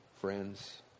friends